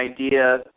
idea